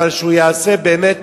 אבל שהוא ייעשה באמת